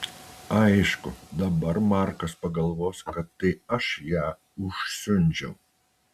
aišku dabar markas pagalvos kad tai aš ją užsiundžiau